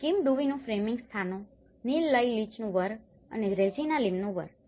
Kim ડુવીનું framing સ્થાનો Neil લીચનું વર્ક અને રેજિના લિમનું વર્ક